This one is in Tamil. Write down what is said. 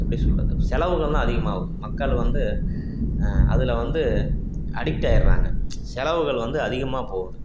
எப்படி சொல்வது செலவுகள்தான் அதிகமாகும் மக்கள் வந்து அதில் வந்து அடிக்ட் ஆயிடறாங்க செலவுகள் வந்து அதிகமாக போகுது